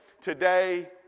today